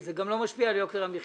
אז זה גם לא משפיע על יוקר המחיה.